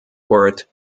word